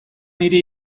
nire